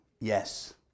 Yes